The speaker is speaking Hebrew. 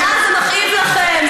ואז זה מכאיב לכם,